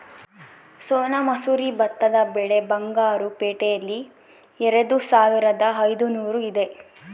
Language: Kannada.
ಸೋನಾ ಮಸೂರಿ ಭತ್ತದ ಬೆಲೆ ಬಂಗಾರು ಪೇಟೆಯಲ್ಲಿ ಎರೆದುಸಾವಿರದ ಐದುನೂರು ಇದೆ